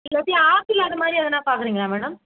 இல்லாட்டி ஆப்பிள் அதுமாதிரி எதனா பார்க்குறீங்களா மேடம்